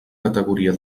categoria